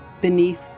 Beneath